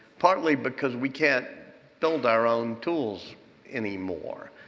partly because we can't build our own tools anymore.